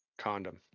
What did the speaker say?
condom